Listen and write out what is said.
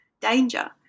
danger